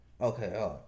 Okay